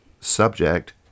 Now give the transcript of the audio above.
subject